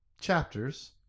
chapters